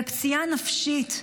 ופציעה נפשית,